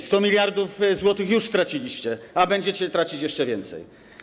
100 mld zł już straciliście, a będziecie tracić jeszcze więcej.